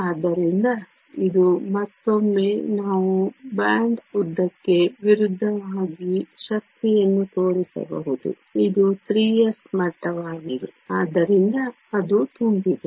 ಆದ್ದರಿಂದ ಇದು ಮತ್ತೊಮ್ಮೆ ನಾವು ಬಾಂಡ್ ಉದ್ದಕ್ಕೆ ವಿರುದ್ಧವಾಗಿ ಶಕ್ತಿಯನ್ನು ತೋರಿಸಬಹುದು ಇದು 3s ಮಟ್ಟವಾಗಿದೆ ಆದ್ದರಿಂದ ಅದು ತುಂಬಿದೆ